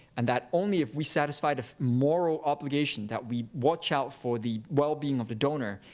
and that only if we satisfy the moral obligation that we watch out for the wellbeing of the donor,